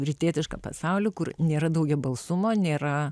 rytietišką pasaulį kur nėra daugiabalsumo nėra